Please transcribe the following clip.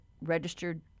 registered